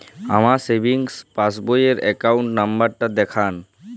আমার সেভিংস পাসবই র অ্যাকাউন্ট নাম্বার টা দেখান?